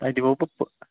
تَتہِ گوٚو پَتہٕ